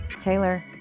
Taylor